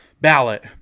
ballot